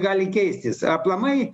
gali keistis aplamai